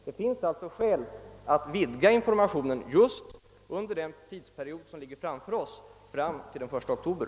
Det finns alltså skäl att vidga informationen just under den tidsperiod som ligger framför oss till den 1 oktober.